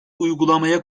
uygulamaya